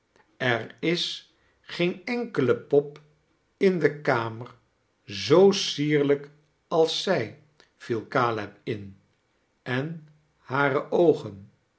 er is geen enkele pop in de kamer zoo siarlijk als zij viel caleb in en hare oogen